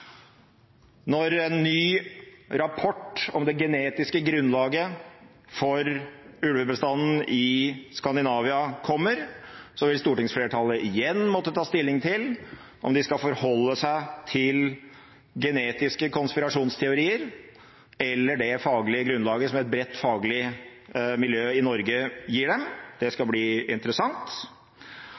Når en ny rapport om det genetiske grunnlaget for ulvebestanden i Skandinavia kommer, vil stortingsflertallet igjen måtte ta stilling til om de skal forholde seg til genetiske konspirasjonsteorier eller det faglige grunnlaget som et bredt faglig miljø i Norge gir dem. Det skal bli interessant.